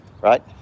right